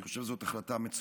אני חושב שזאת החלטה מצוינת.